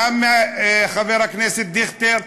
גם חבר הכנסת דיכטר,